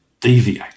deviate